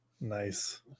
Nice